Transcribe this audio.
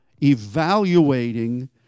evaluating